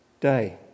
day